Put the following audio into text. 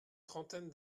trentaine